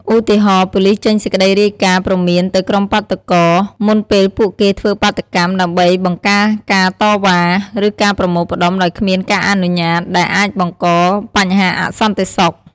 ឧទាហរណ៍ ប៉ូលីសចេញសេចក្តីរាយការណ៍ព្រមានទៅក្រុមបាតុករ មុនពេលពួកគេធ្វើបាតុកម្ម ដើម្បីបង្ការការតវ៉ា ឬការប្រមូលផ្តុំដោយគ្មានការអនុញ្ញាត ដែលអាចបង្ករបញ្ហាអសន្តិសុខ។